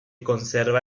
conserva